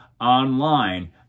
online